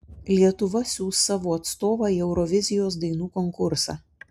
lietuva siųs savo atstovą į eurovizijos dainų konkursą